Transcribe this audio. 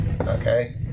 Okay